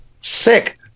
Sick